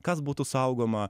kas būtų saugoma